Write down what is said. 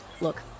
Look